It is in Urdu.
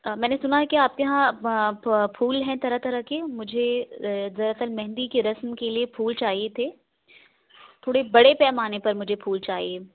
آ میں نے سُنا ہے کہ آپ کے یہاں پھول ہے طرح طرح کے مجھے دراصل مہندی کے رسم کے لیے پھول چاہیے تھے تھوڑے بڑے پیمانے پر مجھے پھول چاہیے